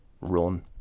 run